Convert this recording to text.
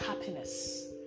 happiness